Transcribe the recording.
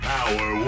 Power